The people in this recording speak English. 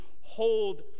hold